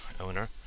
owner